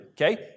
okay